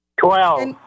Twelve